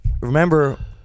remember